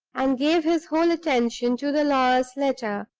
and gave his whole attention to the lawyer's letter.